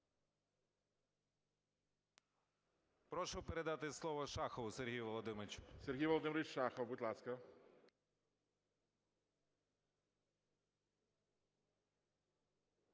Прошу передати слово Шахову Сергію Володимировичу. ГОЛОВУЮЧИЙ. Сергій Володимирович Шахов, будь ласка.